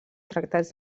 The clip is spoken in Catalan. tractats